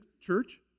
church